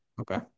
okay